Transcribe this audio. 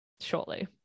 shortly